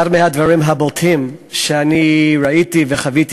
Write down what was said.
אחד מהדברים הבולטים שאני ראיתי וחוויתי